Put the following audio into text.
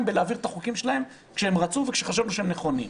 להעביר את החוקים שלהם כשהם רצו וכשחשבנו שהם נכונים.